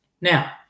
Now